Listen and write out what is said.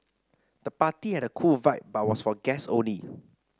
the party had a cool vibe but was for guest only